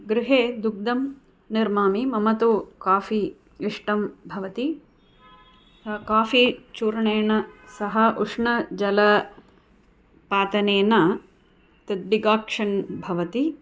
गृहे दुग्धं निर्मामि मम तु काफ़ि इष्टं भवति काफ़ि चूर्णेन सह उष्णजल पातनेन तद् डिकाक्शन् भवति